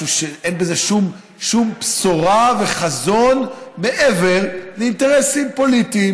אין בזה שום בשורה וחזון מעבר לאינטרסים פוליטיים,